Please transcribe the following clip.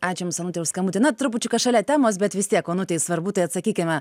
ačiū jums onute už skambutį na trupučiuką šalia temos bet vis tiek onutei svarbu tai atsakykime